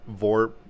vorp